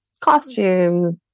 Costumes